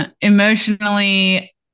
Emotionally